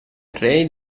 array